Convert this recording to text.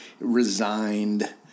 resigned